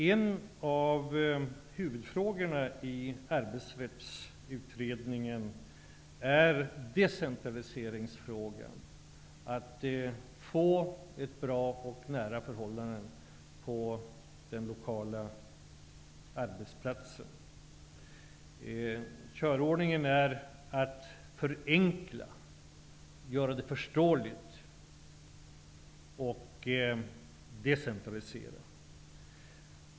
En av huvudfrågorna i Arbetsrättsutredningen är den som rör decentraliseringen. Det gäller att få ett bra och nära förhållande på den lokala arbetsplatsen. Körordningen är att förenkla, göra det förståeligt och decentralisera.